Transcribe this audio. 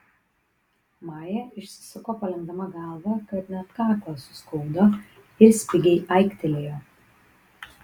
maja išsisuko palenkdama galvą kad net kaklą suskaudo ir spigiai aiktelėjo